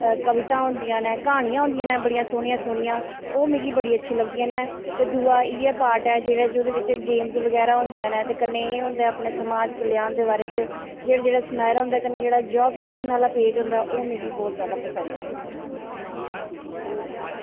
कवितां होंदियां न क्हानियां होंदियां न बड़ियां सोह्नियां सोह्नियां ओह् मिगी बड़ी अच्छी लगदियां न ते दुआ इ'यै पार्ट ऐ जेह्दे बिच्च गेमस होंदियां न ते कन्नै ओह् एह् होंदा ऐ अपने समाज़ कल्याण दे बारे च जेह्ड़ा जेह्ड़ा सनैह्रा होंदा कन्नै जॉब सैक्शन आह्ला पेज़ होंदा ऐ ओह् मिगी बड़ा पसंद ऐ